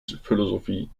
philosophie